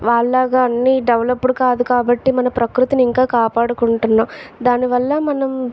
వాళ్ళగా అన్ని డెవలప్డ్డ్ కాదు కాబట్టి మన ప్రకృతిని ఇంకా కాపాడుకుంటున్నా దానివల్ల మనం